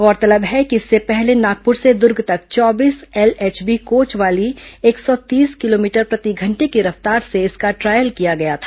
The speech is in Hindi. गौरतलब है कि इससे पहले नागपुर से दुर्ग तक चौबीस एलएचबी कोच वाली एक सौ तीस किलोमीटर प्रति घंटे की रफ्तार से इसका ट्रायल किया गया था